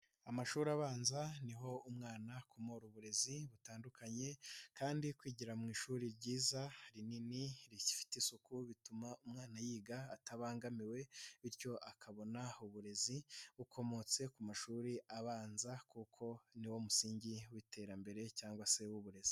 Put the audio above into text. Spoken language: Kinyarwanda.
Amashuri abanza niho umwana amora uburezi butandukanye kandi kwigira mu ishuri ryiza rinini, rifite isuku, bituma umwana yiga atabangamiwe, bityo akabona uburezi bukomotse ku mashuri abanza kuko niwo musingi w'iterambere cyangwa se w'uburezi.